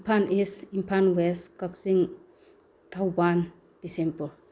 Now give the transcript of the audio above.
Imphal East Imphal West Kakching Thoubal Bishnupur